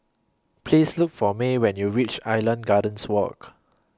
Please Look For May when YOU REACH Island Gardens Walk